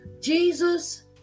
Jesus